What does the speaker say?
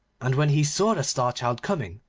and when he saw the star-child coming,